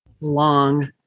long